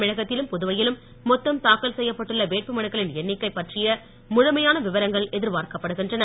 தமிழகத்திலும் புதுவையிலும் மொத்தம் தாக்கல் செய்யப்பட்டுள்ள வேட்புமனுக்களின் எண்ணிக்கை பற்றிய முழுமையான விவரங்கள் எதிர்பார்க்கப்படுகின்றன